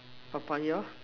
Papaya